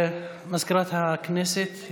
הודעה למזכירת הכנסת.